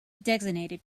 designated